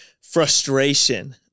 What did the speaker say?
frustration